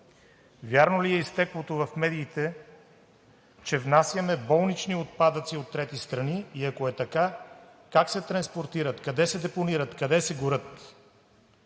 Вярно ли е изтеклото в медиите, че внасяме болнични отпадъци от трети страни, и ако е така, как се транспортират, къде се депонират, къде се горят?